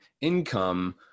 income